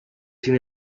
sin